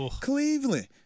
Cleveland